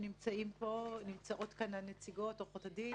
ונמצאות פה עורכות הדין